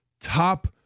top